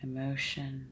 Emotion